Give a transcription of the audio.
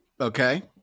Okay